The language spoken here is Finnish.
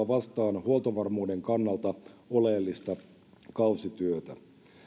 vastaan huoltovarmuuden kannalta oleellista kausityötä